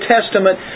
Testament